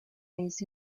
ese